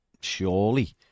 Surely